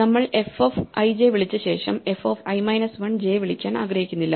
നമ്മൾ f of I j വിളിച്ച് ശേഷം f of i minus 1 j വിളിക്കാൻ ആഗ്രഹിക്കുന്നില്ല